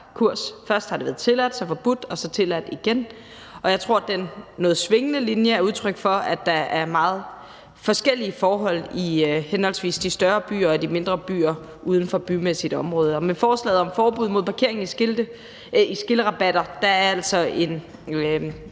Først har det været tilladt, så forbudt og så tilladt igen. Jeg tror, den noget svingende linje er udtryk for, at der er meget forskellige forhold i henholdsvis de større byer og de mindre byer uden for bymæssigt område. Med forslaget om forbud mod parkering i skillerabatter – som altså for